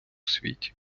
світі